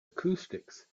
acoustics